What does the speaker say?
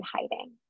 hiding